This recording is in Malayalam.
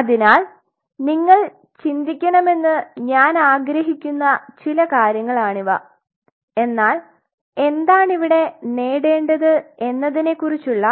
അതിനാൽ നിങ്ങൾ ചിന്തിക്കണമെന്ന് ഞാൻ ആഗ്രഹിക്കുന്ന ചില കാര്യങ്ങളാണിവ എന്നാൽ എന്താണ് ഇവിടെ നേടേണ്ടത് എന്നതിനെക്കുറിച്ചുള്ള